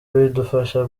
bidufasha